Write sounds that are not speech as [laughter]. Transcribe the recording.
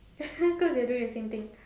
[laughs] cause you're doing the same thing